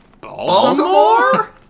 Baltimore